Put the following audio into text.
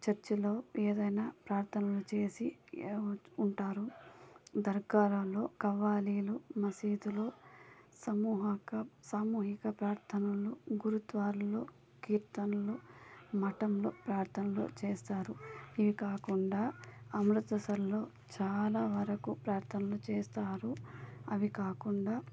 చర్చ్లో ఏదైనా ప్రార్థనలు చేసి ఏవో ఉంటారు దర్గాలలో కవ్వాలీలు మసీదులు సమూహక్క సామూహిక ప్రార్ధనలు గురుద్వార్ల్లో కీర్తనలు మఠంలో ప్రార్థనలు చేస్తారు ఇవే కాకుండా అమృత్సర్లో చాలా వరకు ప్రార్థనలు చేస్తారు అవి కాకుండా